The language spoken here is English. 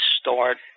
start